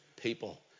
people